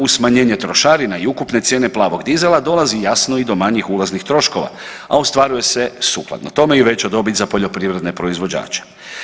Uz smanjenje trošarina i ukupne cijene plavog dizela dolazi jasno i do manjih ulaznih troškova, a ostvaruje se sukladno tome i veća dobit za poljoprivredne proizvođače.